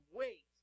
wait